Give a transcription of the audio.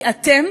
כי אתם